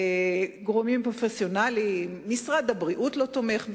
גורמים פרופסיונליים, משרד הבריאות לא תומך בזה.